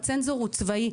הצנזור הוא צבאי.